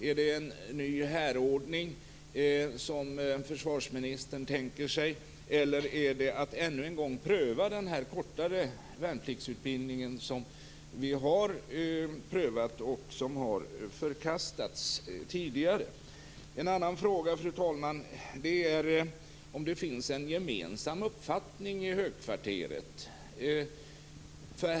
Är det en ny härordning som försvarsministern tänker sig, eller är det att ännu en gång pröva den kortare värnpliktsutbildning som vi har prövat och som har förkastats tidigare? En annan fråga, fru talman, är om det finns en gemensam uppfattning i högkvarteret.